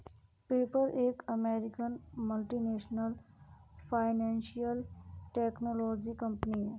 PayPal एक अमेरिकी multinational financial technology company है